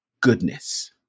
goodness